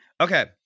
Okay